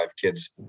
kids